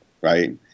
right